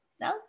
No